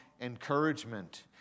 encouragement